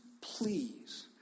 please